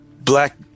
black